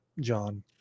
John